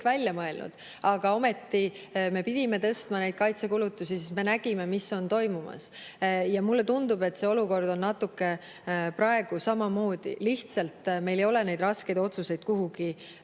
välja mõelnud. Aga ometi me pidime tõstma kaitsekulutusi, sest me nägime, mis on toimumas. Ja mulle tundub, et see olukord on praegu natuke samamoodi, lihtsalt meil ei ole neid raskeid otsuseid kuhugi